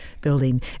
Building